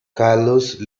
carlos